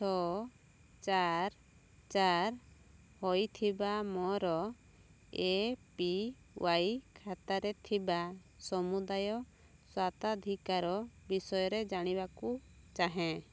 ଛଅ ଚାରି ଚାରି ହୋଇଥିବା ମୋର ଏ ପି ୱାଇ ଖାତାରେ ଥିବା ସମୁଦାୟ ସତ୍ଵାଧିକାର ବିଷୟରେ ଜାଣିବାକୁ ଚାହେଁ